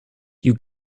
you